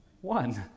one